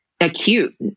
acute